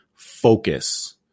focus